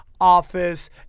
office